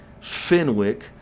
Fenwick